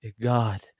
God